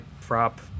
prop